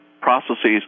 processes